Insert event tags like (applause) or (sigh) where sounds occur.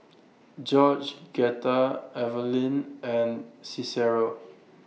(unintelligible) Eveline and Cicero